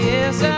Yes